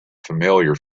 familiar